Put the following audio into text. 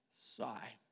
sigh